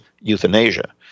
euthanasia